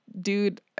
dude